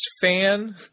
fan